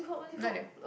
neither